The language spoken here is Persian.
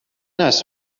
است